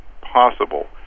possible